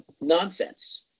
nonsense